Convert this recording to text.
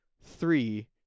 three